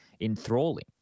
enthralling